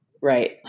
Right